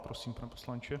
Prosím, pane poslanče.